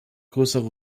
größere